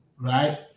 Right